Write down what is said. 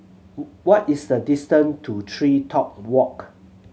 what is the distance to TreeTop Walk